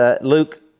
Luke